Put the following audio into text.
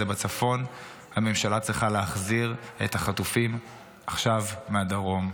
-- הממשלה צריכה להחזיר את החטופים עכשיו מהדרום.